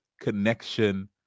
connection